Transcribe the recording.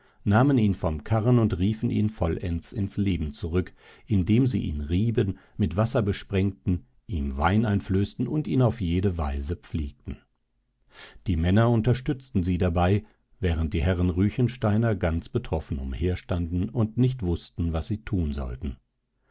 nahmen ihn vom karren und riefen ihn vollends ins leben zurück indem sie ihn rieben mit wasser besprengten ihm wein einflößten und ihn auf jede weise pflegten die männer unterstützten sie dabei während die herren ruechensteiner ganz betroffen umherstanden und nicht wußten was sie tun sollten